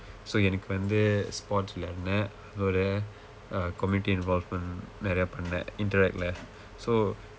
so எனக்கு வந்து:enakku vandthu sports விளையாடினேன் அதோட:vilayaadineen athooda err community involvement நிறைய பண்ணேன்:niraiya panneen interact leh so